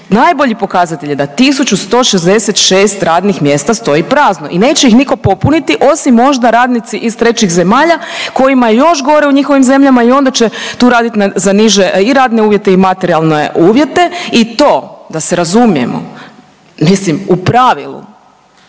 Najbolji pokazatelj je da 1.166 radnih mjesta stoji prazno i neće ih nitko popuniti osim možda radnici iz trećih zemalja kojima je još gore u njihovim zemljama i onda će tu raditi za niže i radne uvjete i materijalne uvjete i to da se razumijemo, mislim u pravilu